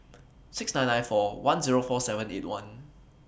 six nine nine four one Zero four seven eight one